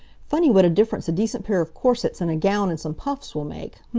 funny what a difference a decent pair of corsets, and a gown, and some puffs will make,